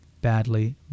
badly